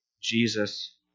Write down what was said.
Jesus